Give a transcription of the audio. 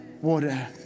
water